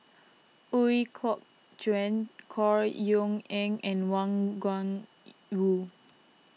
Ooi Kok Chuen Chor Yeok Eng and Wang Gung wu